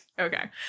okay